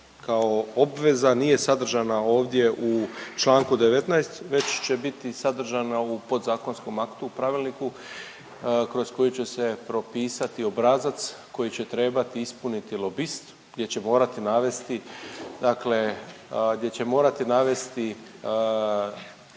kao obveza nije sadržana ovdje u čl. 19. već će biti sadržana u podzakonskom aktu u pravilniku kroz koji će se propisati obrazac koji će trebati ispuniti lobist gdje će morati navesti